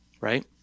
right